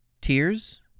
tears